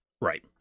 Right